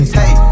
hey